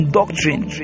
doctrine